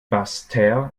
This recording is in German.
basseterre